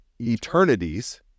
eternities